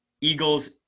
Eagles